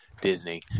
Disney